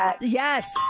Yes